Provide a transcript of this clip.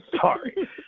sorry